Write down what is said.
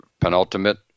penultimate